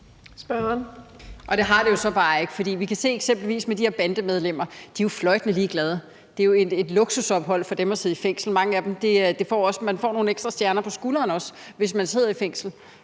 Det har det jo så bare ikke. For vi kan eksempelvis se med de her bandemedlemmer, at de er fløjtende ligeglade. Det er jo et luksusophold for dem at sidde i fængsel. For mange af dem er det sådan, at man også får nogle ekstra stjerner på skulderen, hvis man sidder i fængsel.